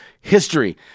history